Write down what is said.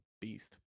beast